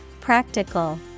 practical